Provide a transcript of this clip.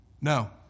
No